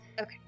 Okay